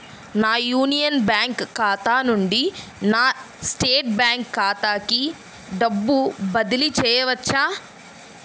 నా Union Bank ఖాతా నుండి నా స్టేట్ బ్యాంకు ఖాతాకి డబ్బు బదిలి చేయవచ్చా?